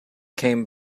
came